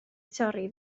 torri